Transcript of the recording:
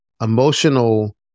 emotional